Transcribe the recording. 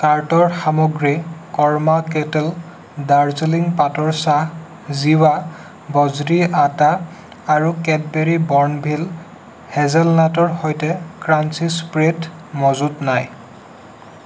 কাৰ্টৰ সামগ্ৰী কৰ্মা কেট্ল দাৰ্জিলিং পাতৰ চাহ জিৱা বজ্ৰী আটা আৰু কেটবেৰী বোৰ্ণভিল হেজেলনাটৰ সৈতে ক্ৰাঞ্চি স্প্ৰে'ড মজুত নাই